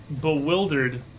bewildered